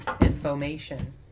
information